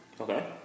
Okay